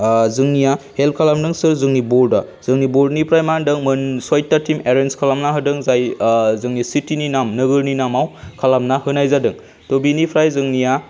जोंनिया हेल्प खालामदों सोर जोंनि बर्डआ जोंनि बर्डनिफ्राय मा होनदों मोन सयता टीम एरेन्ज खालामना होदों जाय जोंनि सिटिनि नाम नोगोरनि नामाव खालामना होनाय जादों त' बेनिफ्राय जोंनिया